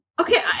Okay